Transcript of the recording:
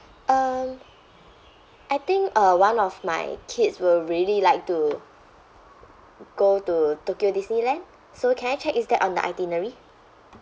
um I think uh one of my kids will really like to go to tokyo disneyland so can I check is that on the itinerary